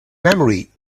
memory